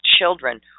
children